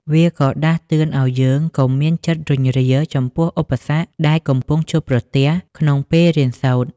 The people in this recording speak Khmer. វាក៏ដាស់តឿនឱ្យយើងកុំមានចិត្តរុញរាចំពោះឧបសគ្គដែលកំពុងជួបប្រទះក្នុងពេលរៀនសូត្រ។